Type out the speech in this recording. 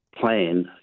plan